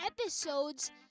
episodes